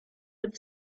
with